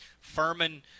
Furman